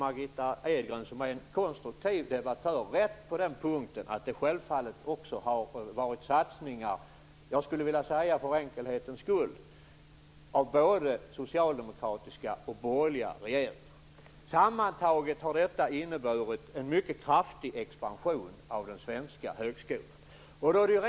Margitta Edgren är en konstruktiv debattör, och jag skall gärna ge henne rätt på den punkten att det självfallet har varit satsningar av både socialdemokratiska och borgerliga regeringar. Sammantaget har detta inneburit en mycket kraftig expansion av den svenska högskolan.